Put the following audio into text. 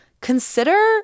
consider